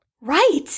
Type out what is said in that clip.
right